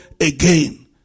again